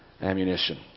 ammunition